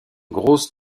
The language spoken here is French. grosse